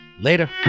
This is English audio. Later